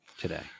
today